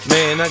Man